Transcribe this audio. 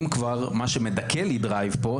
אם כבר זה מה שמדכא לי את הדרייב פה,